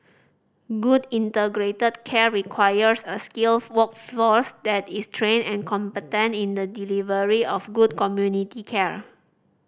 good integrated care requires a skilled workforce that is trained and competent in the delivery of good community care